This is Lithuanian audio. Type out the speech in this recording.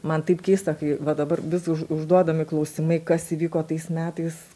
man taip keista kai va dabar vis už užduodami klausimai kas įvyko tais metais